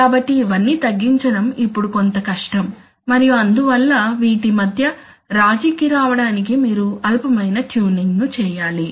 కాబట్టి ఇవన్నీ తగ్గించడం ఇప్పుడు కొంత కష్టం మరియు అందువల్ల వీటి మధ్య రాజీకి రావడానికి మీరు అల్పమైన ట్యూనింగ్ ను చేయాలి